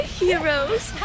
heroes